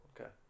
okay